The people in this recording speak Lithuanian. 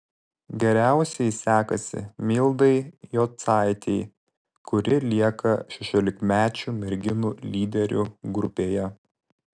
geriausiai sekasi mildai jocaitei kuri lieka šešiolikmečių merginų lyderių grupėje